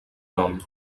nom